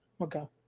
Okay